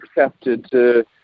accepted